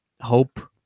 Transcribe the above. hope